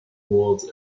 walls